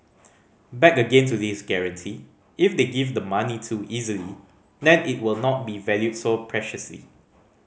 back again to this guarantee if they give the money too easily then it will not be valued so preciously